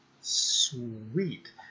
sweet